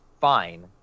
fine